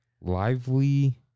Lively